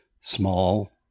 small